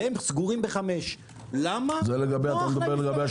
והם סגורים בחמש בערב כי זה נוח להם.